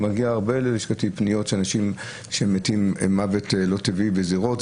מגיע הרבה פניות ללשכתי של אנשים שמתים מוות לא טבעי בזירות.